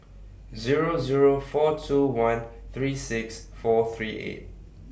Zero Zero four two one three six four three eight